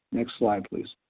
next slide please.